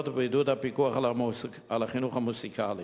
ובעידוד הפיקוח על החינוך המוזיקלי.